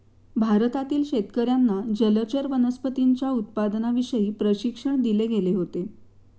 भारतातील शेतकर्यांना जलचर वनस्पतींच्या उत्पादनाविषयी प्रशिक्षण दिले गेले होते